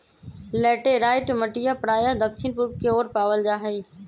laterite मटिया प्रायः दक्षिण पूर्व के ओर पावल जाहई